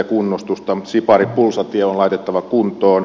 siparipulsa tie on laitettava kuntoon